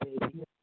baby